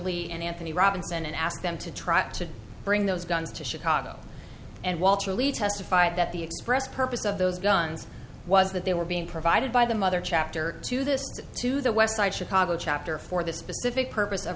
lee anthony robinson and ask them to try to bring those guns to chicago and walter lead testified that the express purpose of those guns was that they were being provided by the mother chapter to this to the westside chicago chapter for the specific purpose